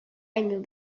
unrhyw